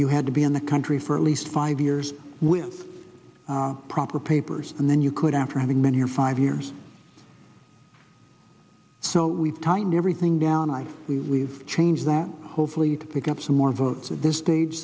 you had to be in the country for at least five years with proper papers and then you could after having many or five years so we tightened everything down and we we've changed that hopefully to pick up some more votes at this stage